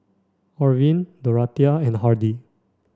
Orvin Dorathea and Hardy